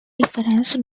difference